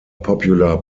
popular